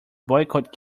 boycott